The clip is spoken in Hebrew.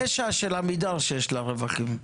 פשע של עמידר שיש לה רווחים.